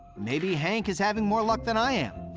maybe hank is having more luck than i am.